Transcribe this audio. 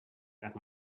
that